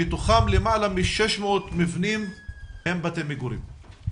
מתוכם למעלה מ -600 מבנים הם בתי מגורים.